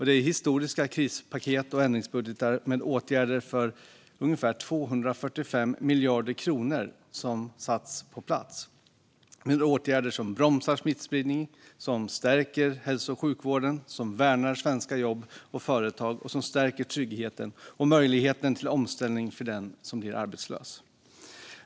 Det är historiska krispaket och ändringsbudgetar med åtgärder för ungefär 245 miljarder kronor som satts på plats - åtgärder som bromsar smittspridning, som stärker hälso och sjukvården, som värnar svenska jobb och företag och som stärker tryggheten och möjligheten till omställning för den som blir arbetslös.